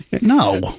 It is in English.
no